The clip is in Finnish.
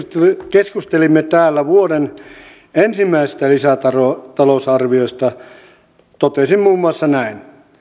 keskustelimme täällä vuoden ensimmäisestä lisätalousarviosta totesin muun muassa näin